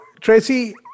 Tracy